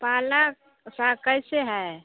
पालक साग कैसे है